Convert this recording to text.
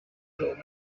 old